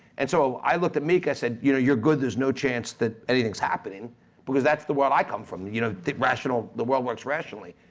and so i looked at meek, i said you know you're good, there's no chance that anything's happening because that's the world i come from, you know, the rational, the world works rationally.